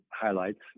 highlights